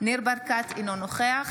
ניר ברקת, אינו נוכח